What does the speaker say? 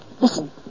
Listen